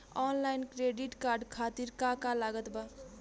Online credit card खातिर का का लागत बा?